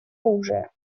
оружия